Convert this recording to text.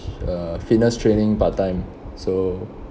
uh fitness training part time so